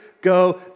go